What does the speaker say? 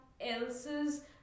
else's